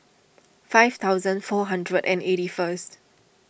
five thousand four hundred and eighty first